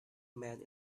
man